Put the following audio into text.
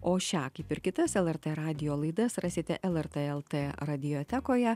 o šią kaip ir kitas lrt radijo laidas rasite lrt lt radiotekoje